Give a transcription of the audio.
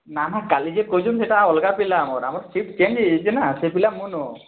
ନା ନା କାଲି ଯିଏ କହିଛନ୍ତି ସେଇଟା ଅଲଗା ପିଲା ଆମର ସିଫ୍ଟ ଚେଞ୍ଜ ହେଇଯାଇଛି ନା ସେ ପିଲା ମୁଁ ନୁହଁ